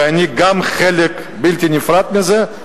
וגם אני חלק בלתי נפרד מזה,